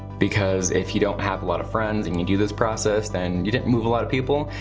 because if you don't have a lot of friends and you do this process, then you didn't move a lot of people.